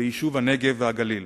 ויישוב הנגב והגליל.